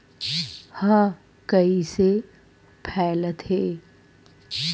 ह कइसे फैलथे?